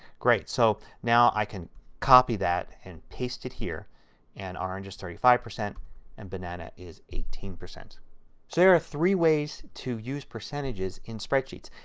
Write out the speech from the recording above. great. so now i can copy that and paste it here and orange is thirty five percent and banana is eighteen percent so here are three ways to use percentages in spreadsheets.